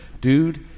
Dude